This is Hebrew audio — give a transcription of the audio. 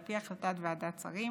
על פי החלטת ועדת שרים,